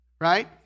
right